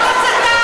זאת הסתה.